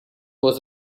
was